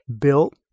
built